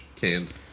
canned